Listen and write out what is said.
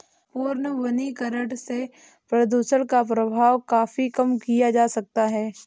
पुनर्वनीकरण से प्रदुषण का प्रभाव काफी कम किया जा सकता है